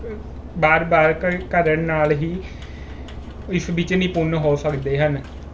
ਵਾਰ ਵਾਰ ਕਰ ਕਰਨ ਨਾਲ ਹੀ ਇਸ ਵਿੱਚ ਨਿਪੁੰਨ ਹੋ ਸਕਦੇ ਹਨ